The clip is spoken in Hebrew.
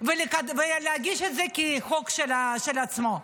ולהגיש את זה כחוק כשלעצמו.